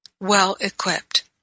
well-equipped